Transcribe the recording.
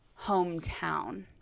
hometown